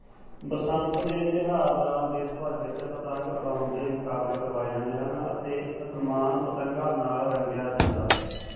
ਬਸੰਤ ਦੇ ਤਿਉਹਾਰ ਦੌਰਾਨ ਦੇਸ਼ ਭਰ ਵਿੱਚ ਪਤੰਗ ਉਡਾਉਣ ਦੇ ਮੁਕਾਬਲੇ ਕਰਵਾਏ ਜਾਂਦੇ ਹਨ ਅਤੇ ਅਸਮਾਨ ਪਤੰਗਾਂ ਨਾਲ ਰੰਗਿਆ ਜਾਂਦਾ ਹੈ